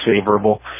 favorable